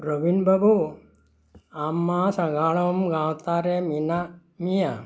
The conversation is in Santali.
ᱨᱚᱵᱤᱱ ᱵᱟᱹᱵᱩ ᱟᱢ ᱢᱟ ᱥᱟᱜᱟᱲᱚᱢ ᱜᱟᱶᱛᱟ ᱨᱮ ᱢᱮᱱᱟᱜ ᱢᱮᱭᱟ